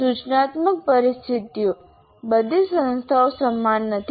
સૂચનાત્મક પરિસ્થિતિઓ બધી સંસ્થાઓ સમાન નથી